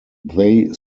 they